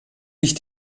ich